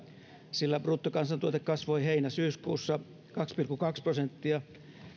sillä bruttokansantuote kasvoi heinä syyskuussa kaksi pilkku kaksi prosenttia